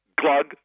Glug